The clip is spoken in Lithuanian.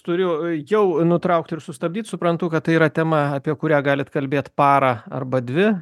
turiu jau nutraukti ir sustabdyt suprantu kad tai yra tema apie kurią galit kalbėtiparą arba dvi